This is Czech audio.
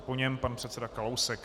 Po něm pan předseda Kalousek.